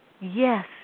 Yes